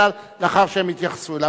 אלא לאחר שהם התייחסו אליו.